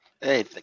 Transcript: Hey